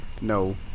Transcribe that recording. No